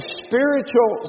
spiritual